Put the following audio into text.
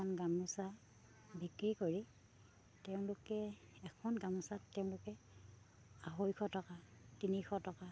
গামোচা বিক্ৰী কৰি তেওঁলোকে এখন গামোচাত তেওঁলোকে আঢ়ৈশ টকা তিনিশ টকা